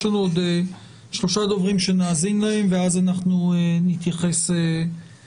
יש לנו עוד שלושה דוברים שנשמע אותם ואז נתייחס לעניין.